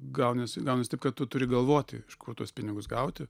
gaunasi gaunasi taip kad tu turi galvoti iš kur tuos pinigus gauti